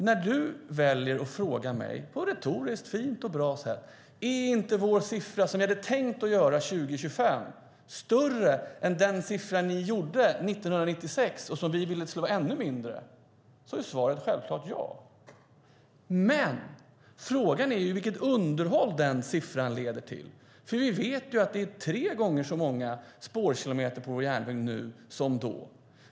När ni väljer att på ett fint och retoriskt bra sätt fråga mig: Är inte vår siffra för 2025 större än er siffra för 1996, som vi ville skulle vara ännu mindre? Svaret är självklart ja. Men frågan är vilket underhåll den siffran leder till. Vi vet att vår järnväg har tre gånger så många spårkilometer nu jämfört med då.